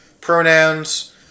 pronouns